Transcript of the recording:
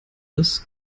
dass